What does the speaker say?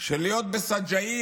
שלהיות בשג'אעיה